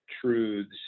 truths